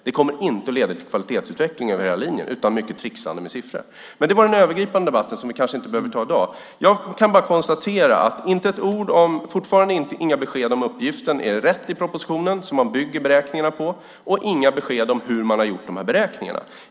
Det kommer inte att leda till kvalitetsutveckling över hela linjen, utan till mycket tricksande med siffror. Det var den övergripande debatten som vi kanske inte behöver ta i dag. Jag kan konstatera att jag fortfarande inte har fått några besked om huruvida den uppgift i propositionen som man bygger beräkningarna på är rätt, och inga besked om hur man har gjort beräkningarna.